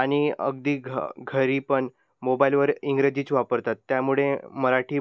आणि अगदी घ घरी पण मोबाईलवर इंग्रजीच वापरतात त्यामुळे मराठी